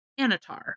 Anatar